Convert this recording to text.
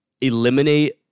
eliminate